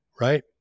right